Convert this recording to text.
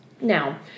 Now